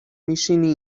میشینی